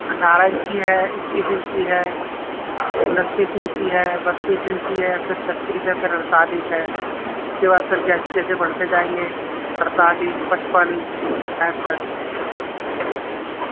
اٹھارہ انچی ہے اکیس انچی ہے انتیس انچی ہے بتیس انچی ہے پھر چھتیس ہے پھر اڑتالیس ہے اس کے بعد پھر جیسے جیسے بڑھتے جائیں گے اڑتالیس پچپن پینسٹھ